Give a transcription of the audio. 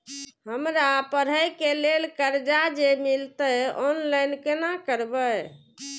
हमरा पढ़े के लेल कर्जा जे मिलते ऑनलाइन केना करबे?